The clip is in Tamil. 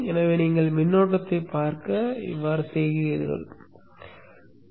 எனவே நீங்கள் மின்னோட்டத்தைப் பார்க்க விரும்புகிறீர்கள் என்று சொல்லலாம்